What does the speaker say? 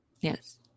Yes